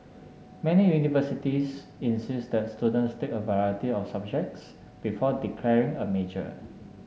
many universities insist that students take a variety of subjects before declaring a major